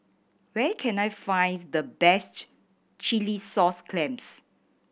where can I find the best chilli sauce clams